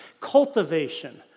cultivation